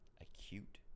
acute